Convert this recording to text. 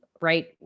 right